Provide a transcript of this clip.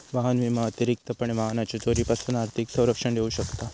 वाहन विमा अतिरिक्तपणे वाहनाच्यो चोरीपासून आर्थिक संरक्षण देऊ शकता